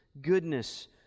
goodness